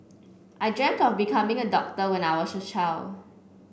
I dreamt of becoming a doctor when I was a child